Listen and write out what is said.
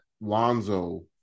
Lonzo